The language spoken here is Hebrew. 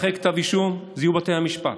ואחרי כתב האישום אלה יהיו בתי המשפט.